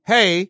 Hey